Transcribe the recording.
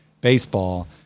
baseball